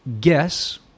guess